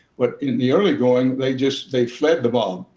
but in the early going, they just they fled the mob.